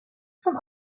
zum